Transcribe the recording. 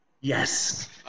Yes